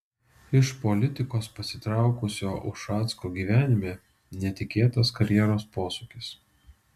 iš politikos pasitraukusio ušacko gyvenime netikėtas karjeros posūkis